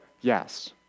Yes